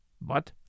but